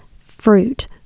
fruit